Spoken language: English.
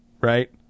right